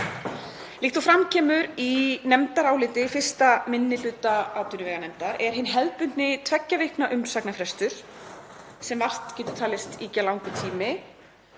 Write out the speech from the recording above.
Líkt og fram kemur í nefndaráliti 1. minni hluta atvinnuveganefndar er hinn hefðbundni tveggja vikna umsagnarfrestur sem vart getur talist ýkja langur tími,